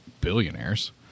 billionaires—